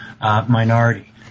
minority